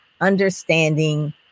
understanding